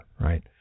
right